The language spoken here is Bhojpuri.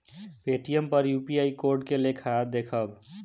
पेटीएम पर यू.पी.आई कोड के लेखा देखम?